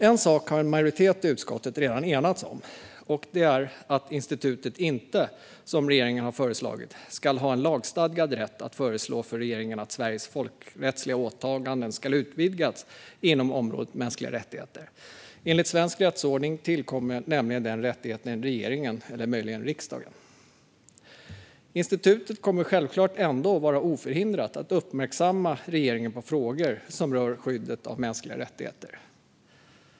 En sak har en majoritet i utskottet redan enats om, och det är att institutet inte, som regeringen har föreslagit, ska ha en lagstadgad rätt att föreslå för regeringen att Sveriges folkrättsliga åtaganden ska utvidgas inom området mänskliga rättigheter. Enligt svensk rättsordning tillkommer nämligen den rättigheten regeringen eller möjligen riksdagen. Institutet kommer självklart ändå att vara oförhindrat att uppmärksamma regeringen på frågor som rör skyddet av mänskliga rättigheter.